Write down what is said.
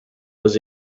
was